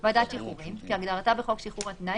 "ועדת שחרורים" כהגדרתה בחוק שחרור על-תנאי